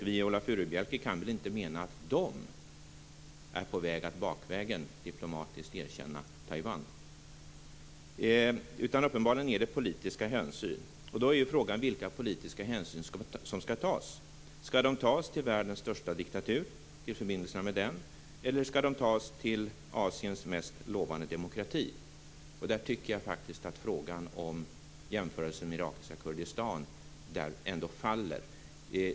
Viola Furubjelke kan väl inte mena att de är på väg att bakvägen diplomatiskt erkänna Taiwan. Uppenbarligen är det fråga om politiska hänsyn. Då är frågan vilka polititiska hänsyn som skall tas. Skall sådana hänsyn tas till förbindelserna med världens största diktatur eller skall de tas till Asiens mest lovande demokrati? Jag tycker faktiskt att jämförelsen med irakiska Kurdistan faller.